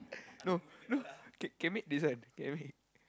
no no can can make this one can make